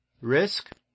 Risk